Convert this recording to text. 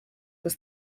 was